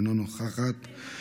אינה נוכחת,